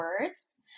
words